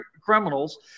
criminals